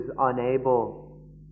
unable